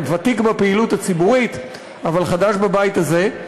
הוא ותיק בפעילות הציבורית אבל חדש בבית הזה,